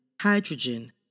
hydrogen